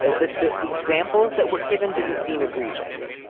the the examples that were given didn't seem egregious.